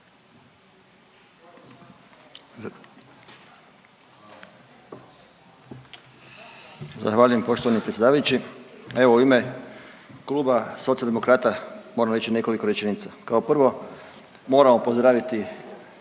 Zahvaljujem poštovani predsjedavajući. Evo u ime Kluba Socijaldemokrata moram reći nekoliko rečenica. Kao prvo moramo pozdraviti